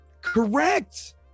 Correct